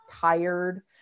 tired